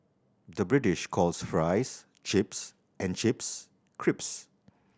the British calls fries chips and chips crisps